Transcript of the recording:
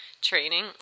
training